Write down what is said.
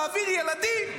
להעביר ילדים,